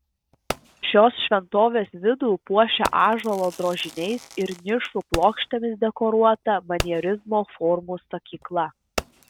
šios šventovės vidų puošia ąžuolo drožiniais ir nišų plokštėmis dekoruota manierizmo formų sakykla